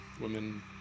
women